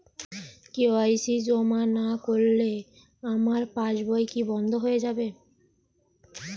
KYC জমা না করলে আমার পাসবই কি বন্ধ হয়ে যাবে?